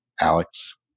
Alex